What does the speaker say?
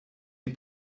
die